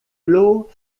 l’eau